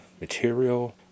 material